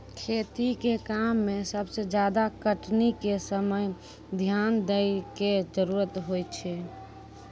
खेती के काम में सबसे ज्यादा कटनी के समय ध्यान दैय कॅ जरूरत होय छै